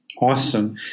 Awesome